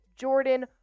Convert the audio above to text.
Jordan